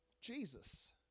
Jesus